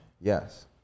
Yes